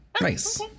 Nice